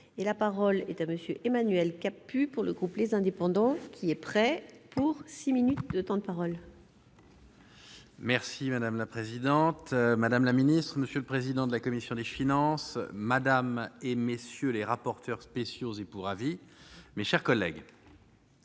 et la parole est à monsieur Emmanuel Capus pour le groupe, les indépendants, qui est prêt pour 6 minutes de temps de parole. Merci madame la présidente, madame la ministre, monsieur le président de la commission des finances, Madame et messieurs les rapporteurs spéciaux et pour avis, mes chers collègues,